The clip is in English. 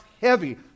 heavy